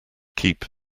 keep